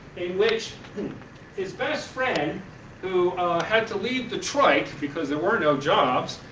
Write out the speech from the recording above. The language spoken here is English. in which his best friend who had to leave detroit because there were no jobs,